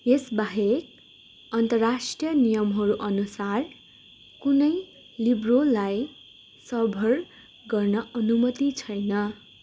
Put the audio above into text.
यस बाहेक अन्तर्राष्ट्रिय नियमहरू अनुसार कुनै लिब्रोलाई सर्भर गर्न अनुमति छैन